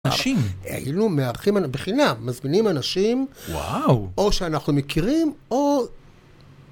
אנשים? אילו מארחים, בחינם, מזמינים אנשים וואו או שאנחנו מכירים, או...